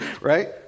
right